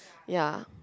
ya